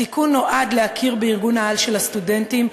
התיקון נועד להכיר בארגון-העל של הסטודנטים,